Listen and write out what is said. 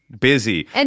busy